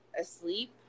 asleep